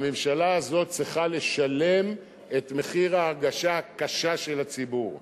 הממשלה הזאת צריכה לשלם את מחיר ההרגשה הקשה של הציבור.